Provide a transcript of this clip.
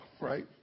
right